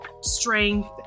strength